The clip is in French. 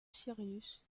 cyrus